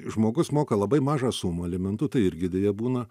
žmogus moka labai mažą sumą alimentų tai irgi deja būna